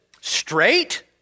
straight